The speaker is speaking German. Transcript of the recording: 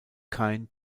kein